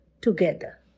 together